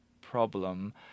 problem